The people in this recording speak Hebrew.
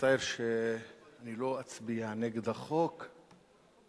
מצטער שאני לא אצביע נגד החוק,